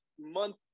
month